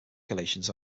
calculations